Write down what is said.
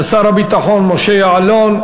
תודה לשר הביטחון משה יעלון.